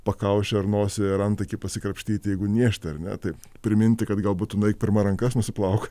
pakaušį ar nosį ir antakį pasikrapštyti jeigu niežti ar ne tai priminti kad galbūt tu nueik pirma rankas nusiplauk